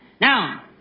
Now